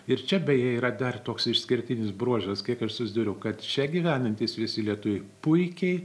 ir čia beje yra dar toks išskirtinis bruožas kiek aš susidūriau kad čia gyvenantys visi lietuviai puikiai